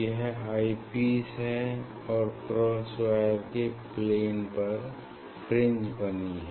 यह eyepiece है और क्रॉस वायर के प्लेन पर फ्रिंज बनी है